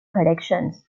collections